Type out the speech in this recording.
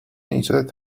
ایجاد